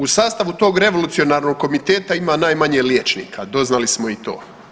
U sastavu tog revolucionarnog komiteta ima najmanje liječnika, doznali smo i to.